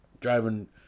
driving